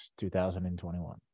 2021